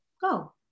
go